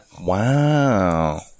Wow